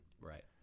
Right